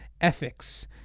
Ethics